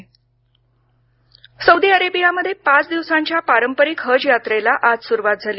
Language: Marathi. हज यात्रा सौदी अरेबियामध्ये पाच दिवसांच्या पारंपरिक हज यात्रेला आज सुरवात झाली